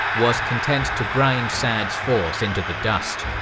was content to grind sa'd's force into the dust.